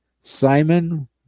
Simon